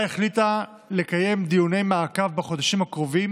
החליטה לקיים דיוני מעקב בחודשים הקרובים